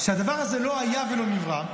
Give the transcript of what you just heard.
שהדבר הזה לא היה ולא נברא,